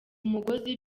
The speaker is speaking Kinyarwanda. umugozi